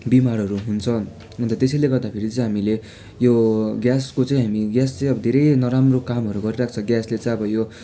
बिमारहरू हुन्छ अन्त त्यसैले गर्दा फेरि चाहिँ हामीले यो ग्यासको चाहिँ हामी ग्यास चाहिँ धेरै नराम्रो कामहरू गरिराख्छ ग्यासले चाहिँ अब यो